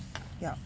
ya